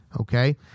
okay